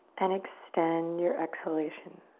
and extend your exhalation.